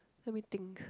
let me think